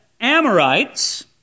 Amorites